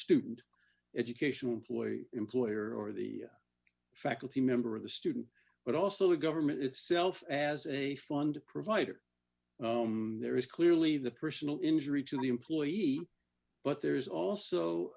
student educational ploy employer or the faculty member of the student but also the government itself as a fund provider there is clearly the personal injury to the employee but there is also